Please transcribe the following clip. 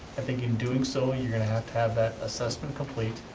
i think in doing so you're gonna have to have that assessment complete.